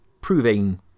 proving